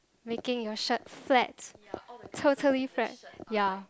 making your shirt flat totally flat ya